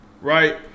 Right